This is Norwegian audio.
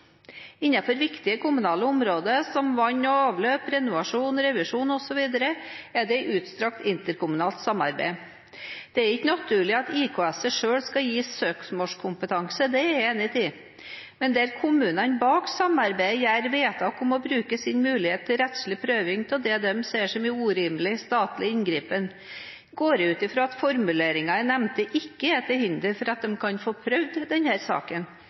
viktige kommunale områder, som vann og avløp, renovasjon, revisjon osv., er det et ustrakt interkommunalt samarbeid. Det er ikke naturlig at IKS-et selv skal gis søksmålskompetanse, det er jeg enig i. Men når kommunene bak samarbeidet gjør vedtak om å bruke sin mulighet til rettslig prøving av det de ser som en urimelig statlig inngripen, går jeg ut fra at formuleringen jeg nevnte, ikke er til hinder for at de kan få prøvd denne saken.